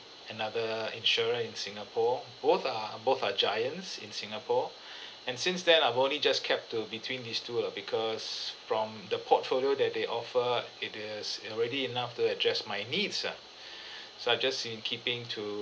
another insurer in singapore both are both are giants in singapore and since then I've only just kept to between these two lah because from the portfolio that they offer it is already enough to address my needs ah so I've just been keeping to